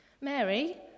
Mary